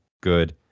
good